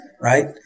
Right